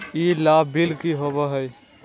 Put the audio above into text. ई लाभ बिल की होबो हैं?